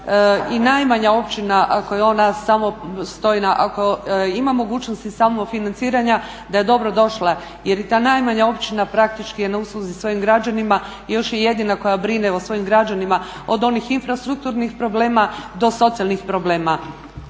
i najmanja općina ako je ona samostojna, ako ima mogućnosti samofinanciranja da je dobro došla. Jer i ta najmanja općina praktički je na usluzi svojim građanima i još je jedina koja brine o svojim građanima od onih infrastrukturnih problema do socijalnih problema.